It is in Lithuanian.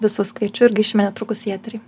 visus kviečiu ir grįšime netrukus į eterį